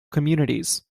communities